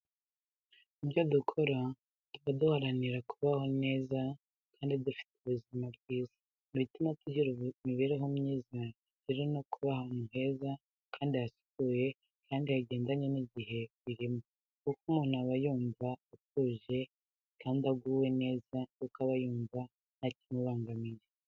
Mu byo dukora tuba duharanira ko tubaho neza kandi dufite ubuzima bwiza. Mu bituma tugira imibereho myiza rero no kuba ahantu heza kandi hasukuye kandi hagendanye n'igihe birimo. Kuko umuntu aba yumva atuje kandi aguwe neza kuko aba yumva ntakimubangamiye.